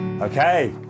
Okay